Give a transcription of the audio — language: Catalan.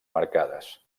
marcades